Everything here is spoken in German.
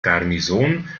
garnison